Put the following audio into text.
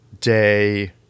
day